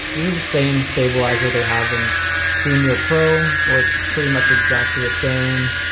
this is the same stabilizer they have in premier pro, works pretty much exactly the same.